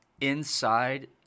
inside